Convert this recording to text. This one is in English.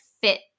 fit